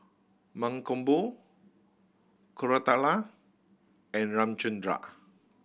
Mankombu Koratala and Ramchundra